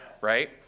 right